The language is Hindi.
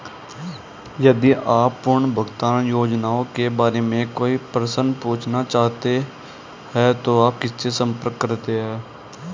यदि आप पुनर्भुगतान योजनाओं के बारे में कोई प्रश्न पूछना चाहते हैं तो आप किससे संपर्क करते हैं?